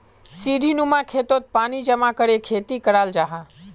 सीढ़ीनुमा खेतोत पानी जमा करे खेती कराल जाहा